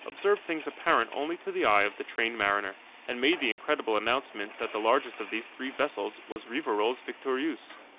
observed things apparent only to the eye of the trained mariner, and made the incredible announcement that the largest of these three vessels was rivarol's victorieuse.